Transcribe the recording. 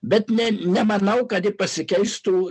bet ne nemanau kad ji pasikeistų